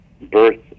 birth